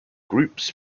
groups